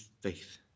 faith